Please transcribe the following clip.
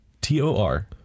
T-O-R